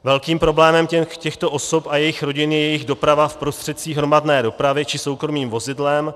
Velkým problémem těchto osob a jejich rodin je jejich doprava v prostředcích hromadné dopravy či soukromým vozidlem.